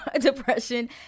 depression